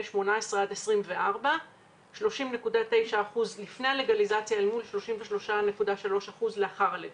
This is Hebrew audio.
18-24. 30.9% לפני הלגליזציה אל מול 33.3% לאחר הלגליזציה.